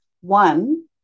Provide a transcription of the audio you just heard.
One